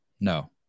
No